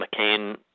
McCain